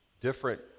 different